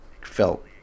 felt